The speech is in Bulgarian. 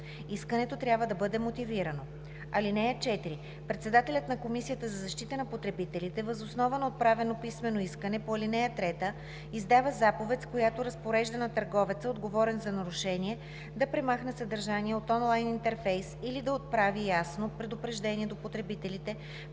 Искането трябва да бъде мотивирано. (4) Председателят на Комисията за защита на потребителите въз основа на отправено писмено искане по ал. 3 издава заповед, с която разпорежда на търговеца, отговорен за нарушение, да премахне съдържание от онлайн интерфейс или да отправи ясно предупреждение до потребителите